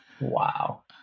Wow